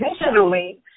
Additionally